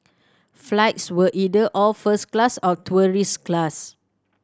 flights were either all first class or tourist class